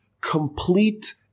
complete